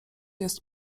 jest